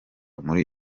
muri